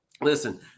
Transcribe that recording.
Listen